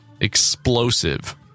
explosive